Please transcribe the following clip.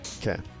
Okay